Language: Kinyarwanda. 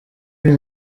uyu